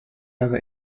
other